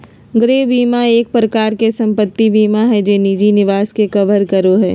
गृह बीमा एक प्रकार से सम्पत्ति बीमा हय जे निजी निवास के कवर करो हय